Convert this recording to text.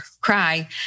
cry